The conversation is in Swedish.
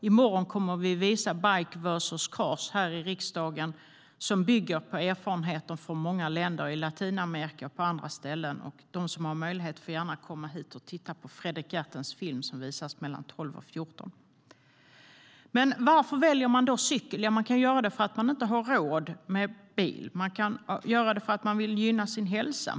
I morgon kommer vi att visa Bikes vs Cars här i riksdagen, som bygger på erfarenheter från många länder i Latinamerika och på andra ställen. De som har möjlighet får gärna komma hit och titta på Fredrik Gerttens film som visas mellan kl. 12 och 14. Men varför väljer man då cykel? Ja, man kan göra det för att man inte har råd med bil. Man kan göra det för att man vill gynna sin hälsa.